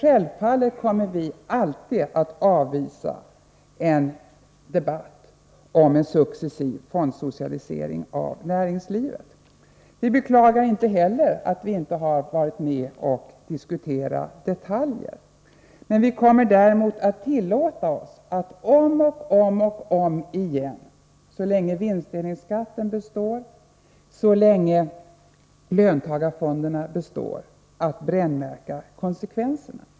Självfallet kommer vi alltid att avvisa varje förslag om en successiv fondsocialisering av näringslivet. Vi beklagar inte heller att vi inte har varit med och diskuterat detaljerna. Vi kommer däremot att tillåta oss att om och om igen, så länge vinstdelningsskatten består och så länge löntagarfonderna består, att brännmärka konsekvenserna.